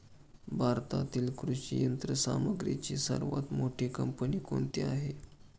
भारतातील कृषी यंत्रसामग्रीची सर्वात मोठी कंपनी कोणती आहे?